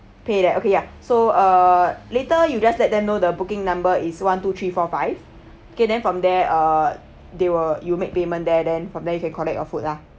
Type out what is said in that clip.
pay there okay ya so uh later you just let them know the booking number is one two three four five okay then from there err they were you make payment there then from there you can collect your food lah